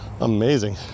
amazing